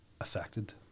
affected